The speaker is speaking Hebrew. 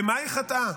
במה היא חטאה?